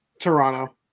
Toronto